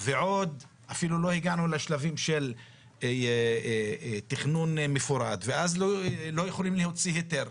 ועוד אפילו לא הגענו לשלבים של תכנון מפורט ואז לא יכולים להוציא היתר,